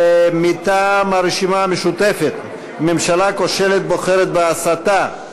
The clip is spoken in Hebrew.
מטעם הרשימה המשותפת, ממשלה כושלת בוחרת בהסתה.